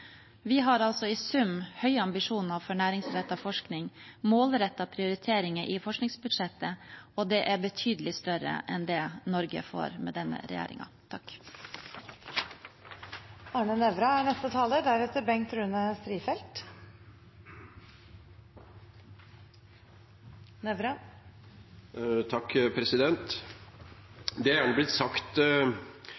Vi har altså i sum høye ambisjoner for næringsrettet forskning og målrettede prioriteringer i forskningsbudsjettet. Det er betydelig større enn det Norge får med denne regjeringen. Det er